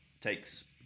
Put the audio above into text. takes